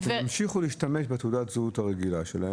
אתם תמשיכו להשתמש בתעודת הזהות הרגילה שלהם.